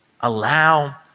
allow